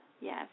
Yes